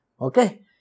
Okay